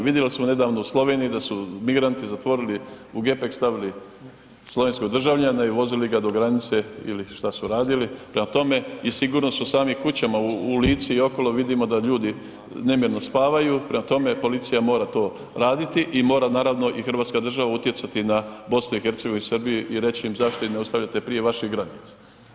Vidjeli smo nedavno u Sloveniji da su migranti zatvorili, u gepek stavili slovenskog državljanina i vozili ga do granice ili šta su radili, prema tome i sigurno su u samim kućama u Lici i okolo, vidimo da ljudi nemirno spavaju, prema tome, policija mora to raditi i mora naravno i hrvatska država utjecati na BiH i Srbiju i reći im zašto ih ne ostavljate prije vaših granica?